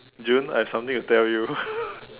did you know I have something to tell you